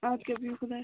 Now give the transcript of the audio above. اَدٕ کہِ بیہو خۄدایس